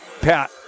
pat